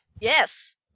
Yes